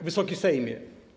Wysoki Sejmie!